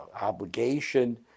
obligation